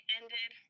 ended